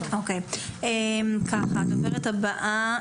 הדוברת הבאה,